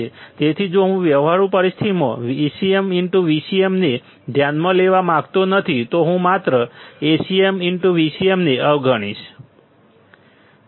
તેથી જો હું વ્યવહારુ પરિસ્થિતિમાં AcmVcm ને ધ્યાનમાં લેવા માંગતો નથી તો હું માત્ર AcmVcm ને અવગણી શકતો નથી